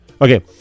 Okay